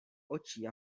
očí